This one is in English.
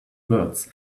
words